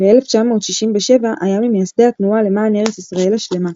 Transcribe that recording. ב-1967 היה ממייסדי התנועה למען ארץ ישראל השלמה,